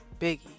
biggie